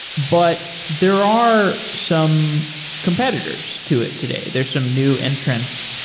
but there are some competitors to it today. there are some new entrants.